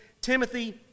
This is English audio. Timothy